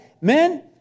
Men